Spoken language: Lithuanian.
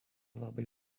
labai